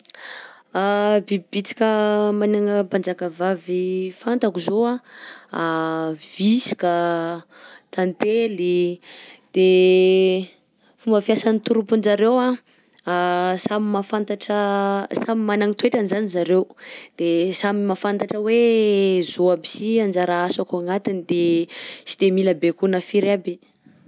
Biby bitsika managna mpanjakavavy fantako zao anh: visika anh, tantely. _x000D_ De fomba fiasa ny troupen-jareo anh samy mahafantatra samy managna ny toetrany zany zareo, de samy mahafantatra hoe zao aby si anajara asako agnatiny de tsy de mila baikoina firy aby.